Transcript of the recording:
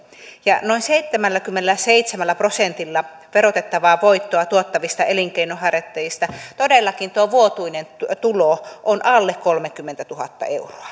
ja noin seitsemälläkymmenelläseitsemällä prosentilla verotettavaa voittoa tuottavista elinkeinonharjoittajista todellakin tuo vuotuinen tulo on alle kolmekymmentätuhatta euroa